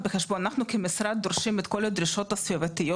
כמשרד דורשים את כל הדרישות הסביבתיות